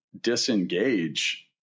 disengage